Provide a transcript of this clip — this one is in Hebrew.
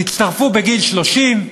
תצטרפו בגיל 30,